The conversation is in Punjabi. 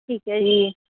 ਠੀਕ ਹੈ ਜੀ